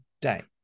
day